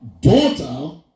Daughter